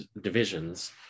divisions